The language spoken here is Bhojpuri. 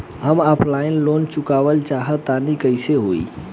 हम ऑफलाइन लोन चुकावल चाहऽ तनि कइसे होई?